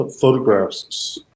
photographs